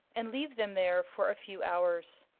and leave them there for a few hours.